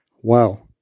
wow